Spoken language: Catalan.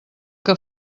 que